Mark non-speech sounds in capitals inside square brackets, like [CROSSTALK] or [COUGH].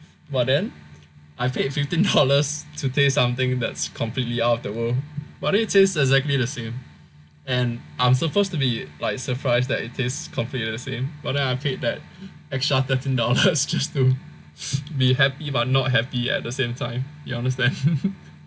but then I paid fifteen dollars to taste something that's completely out of the world but then it tastes exactly the same and I'm supposed to be like surprised that it tastes completely the same but then I paid that extra thirteen dollars just to be happy but not happy at the same time you understand [LAUGHS]